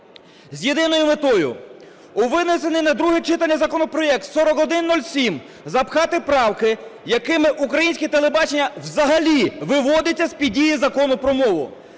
з єдиною метою – у винесений на друге читання законопроект 4107 запхати правки, якими українське телебачення взагалі виводиться з-під дії Закону про мову.